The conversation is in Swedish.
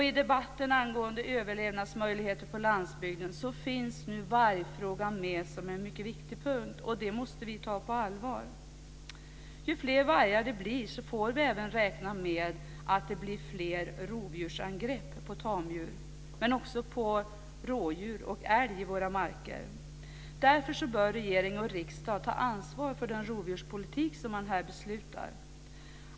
I debatten angående överlevnadsmöjligheter på landsbygden finns nu vargfrågan med som en mycket viktig punkt, som vi måste ta på allvar. Ju fler vargar det blir, desto mer får vi även räkna med rovdjursangrepp på tamdjur men också på rådjur och älg i våra marker. Regering och riksdag bör ta ansvar för den rovdjurspolitik det här beslutas om.